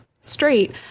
Straight